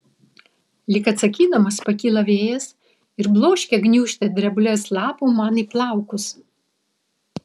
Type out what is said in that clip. lyg atsakydamas pakyla vėjas ir bloškia gniūžtę drebulės lapų man į plaukus